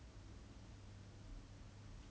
extreme particular interest in you